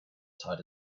tight